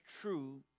true